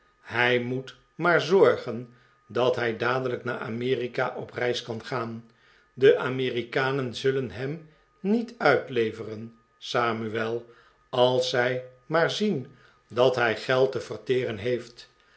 hij moet maar zorgen dat hij dadelijk naar amerika op reis kan gaan de amerikanen zullen hem niet uitleveren samuel als zij maar zien dat hij geld te verteren heeft